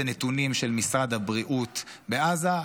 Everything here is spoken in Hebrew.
זה נתונים של משרד הבריאות מעזה,